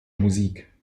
musik